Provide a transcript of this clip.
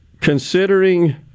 considering